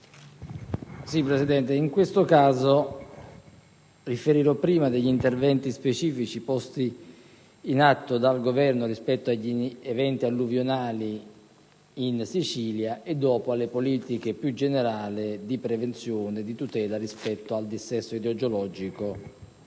Presidente, riferirò prima sugli interventi specifici posti in essere dal Governo rispetto agli eventi alluvionali in Sicilia e poi sulle politiche più generali di prevenzione e di tutela rispetto al dissesto idrogeologico